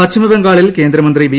പശ്ചിമബംഗാളിൽ കേന്ദ്രമന്ത്രി വി